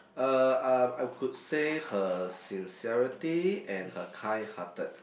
uh um I I could say her sincerity and her kind hearted